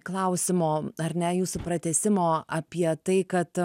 klausimo ar ne jūsų pratęsimo apie tai kad